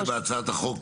--- מענה בהצעת החוק.